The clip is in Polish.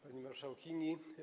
Pani Marszałkini!